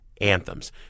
anthems